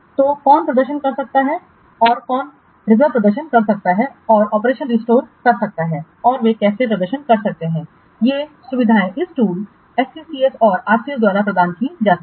तो कौन प्रदर्शन कर सकता है और कौन रिजर्व प्रदर्शन कर सकता है और ऑपरेशन रीस्टोर कर सकता है और वे कैसे प्रदर्शन कर सकते हैं ये सुविधाएं इस टूल SCCS और RCS द्वारा प्रदान की जाती हैं